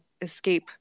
escape